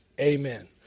Amen